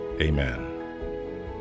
amen